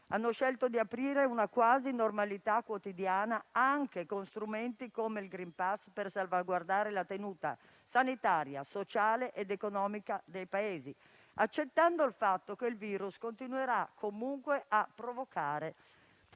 Hanno scelto di aprire ad una quasi normalità quotidiana anche con strumenti come il *green pass* per salvaguardare la tenuta sanitaria, sociale ed economica dei Paesi, accettando il fatto che il virus continuerà comunque a provocare altri